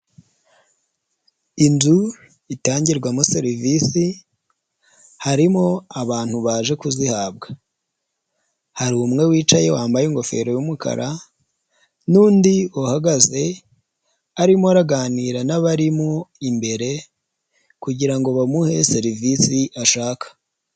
Inzu itangirwamo serivisi, harimo abantu baje kuzihabwa. Hari umwe wicaye wambaye ingofero y'umukara n'undi uhagaze, arimo araganira n'abarimo imbere kugira ngo bamuhe serivisi ashaka.